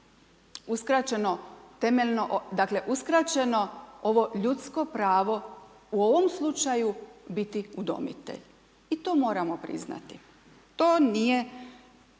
uskraćeno ovo ljudsko pravo u ovom slučaju biti udomitelj. I to moramo priznati, to nije,